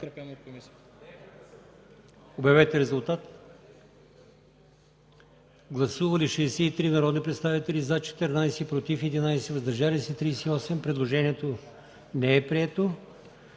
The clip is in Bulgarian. от комисията. Гласували 63 народни представители: за 14, против 11, въздържали се 38. Предложението не е прието.